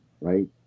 Right